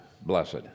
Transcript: blessed